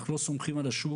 אנחנו לא סומכים על השוק.